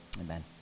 amen